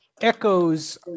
echoes